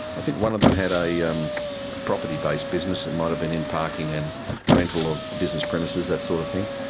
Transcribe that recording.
i think one of them had a yeah um property-based business, it might have been in parking and rental of business premises, that sort of thing.